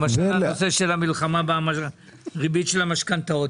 למשל הנושא של המלחמה בריבית של המשכנתאות.